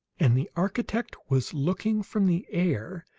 and the architect was looking, from the air,